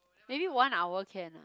maybe one hour can ah